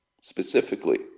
specifically